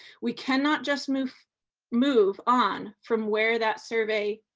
we cannot just move move on from where that survey